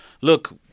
look